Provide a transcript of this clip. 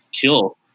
kill